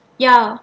ya